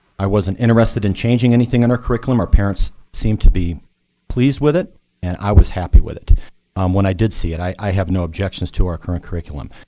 i wasn't interested in changing anything in our curriculum. our parents seem to be pleased with it and i was happy with it um when i did see it. i have no objections to our current curriculum.